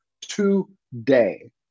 today